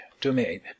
domain